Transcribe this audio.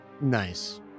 Nice